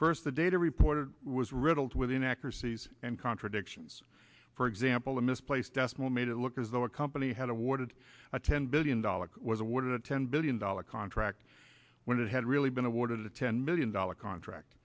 first the data reported was riddled with inaccuracies and contradictions for example a misplaced decimal made it look as though a company had awarded a ten billion dollars was awarded a ten billion dollars contract when it had really been awarded a ten million dollars contract